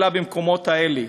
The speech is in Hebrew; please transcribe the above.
אלא במקומות האלה.